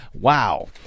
wow